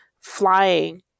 flying